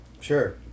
Sure